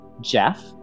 Jeff